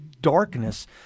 darkness